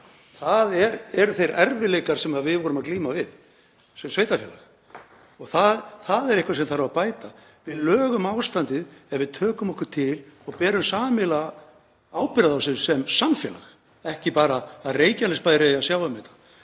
Það eru þeir erfiðleikar sem við vorum að glíma við sem sveitarfélag og það er eitthvað sem þarf að bæta. Við lögum ástandið ef við tökum okkur til og berum sameiginlega ábyrgð á þessu sem samfélag, ekki bara að Reykjanesbær eigi að sjá um þetta.